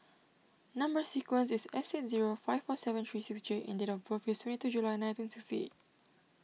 Number Sequence is S eight zero five four seven three six J and date of birth is twenty two July nineteen sixty eight